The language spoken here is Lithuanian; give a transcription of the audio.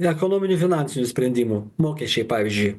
ekonominių finansinių sprendimų mokesčiai pavyzdžiui